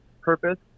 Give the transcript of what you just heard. purpose